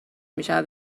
میشود